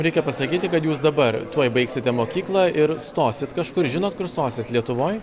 reikia pasakyti kad jūs dabar tuoj baigsite mokyklą ir stosit kažkur žinot kur stosit lietuvoj